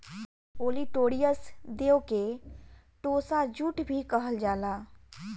olitorius देव के tossa jute भी कहल जाला